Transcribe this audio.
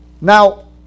Now